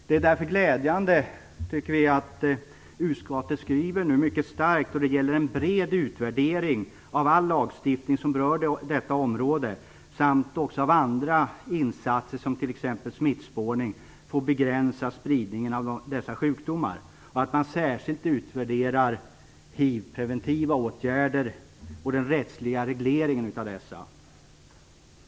Det är därför glädjande att utskottet skriver mycket starkt då det gäller en bred utvärdering av all lagstiftning som berör detta område samt andra insatser som t.ex. smittspårning för att begränsa spridningen av dessa sjukdomar och att man särskilt utvärderar det hiv-preventiva åtgärderna och den rättsliga regleringen av dessa.